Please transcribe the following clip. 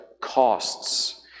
costs